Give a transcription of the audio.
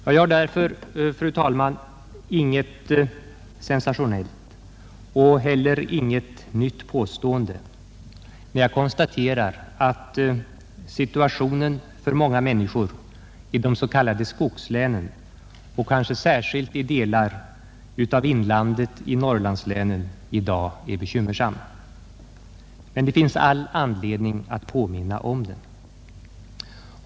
Jag gör därför, fru talman, inget sensationellt och inte heller något nytt påstående när jag konstaterar, att situationen för många människor i de s.k. skogslänen och kanske särskilt i delar av inlandet i Norrlandslänen i dag är bekymmersam, men det finns all anledning att påminna om den.